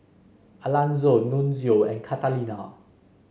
Alanzo Nunzio and Catalina